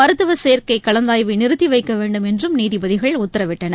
மருத்துவசேர்க்கைகலந்தாய்வைநிறுத்திவைக்கவேண்டும் என்றும் நீதிபதிகள் உத்தரவிட்டனர்